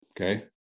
Okay